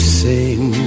sing